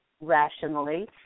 rationally